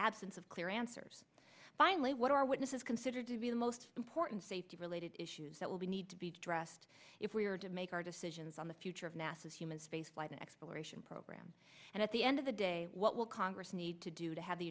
absence of clear answers finally what are witnesses considered to be the most important safety relate issues that we need to be dressed if we are to make our decisions on the future of nasa human spaceflight an exploration program and at the end of the day what will congress need to do to have the